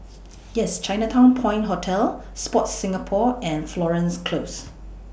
Yes Chinatown Point Hotel Sport Singapore and Florence Close